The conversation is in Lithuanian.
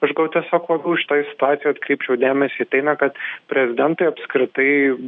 aš gal tiesiog labiau šitoj situacijoj atkreipčiau dėmesį į tai na kad prezidentui apskritai